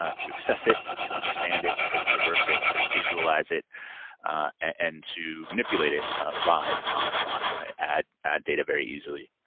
ah to access it, to understand it, to traverse it, to visualize it and to manipulate it ah live on the fly. add add data very easily.